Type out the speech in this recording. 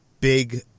big